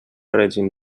règim